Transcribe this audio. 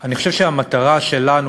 אני חושב שהמטרה שלנו